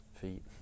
feet